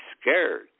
scared